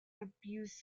abused